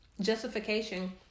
justification